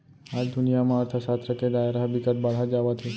आज दुनिया म अर्थसास्त्र के दायरा ह बिकट बाड़हत जावत हे